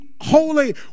holy